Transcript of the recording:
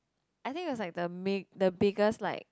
I think it was like the big~ the biggest like